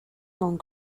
gone